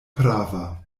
prava